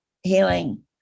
healing